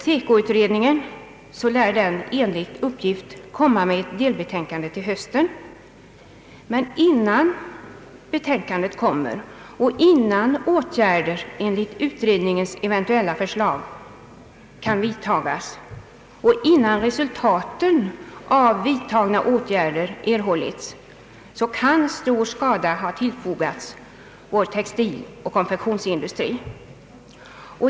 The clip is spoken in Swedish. TEKO-utredningen lär enligt uppgift komma med ett delbetänkande till hösten, men innan betänkandet kommer och innan åtgärder enligt utredningens eventuella förslag kan vidtas och innan resultaten av vidtagna åtgärder erhållits kan stor skada ha tillfogats vår textiloch konfektionsindustri.